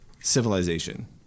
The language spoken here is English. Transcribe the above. civilization